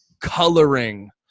coloring